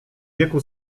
wieku